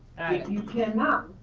you cannot,